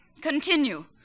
Continue